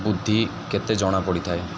ବୁଦ୍ଧି କେତେ ଜଣା ପଡ଼ିଥାଏ